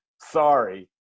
sorry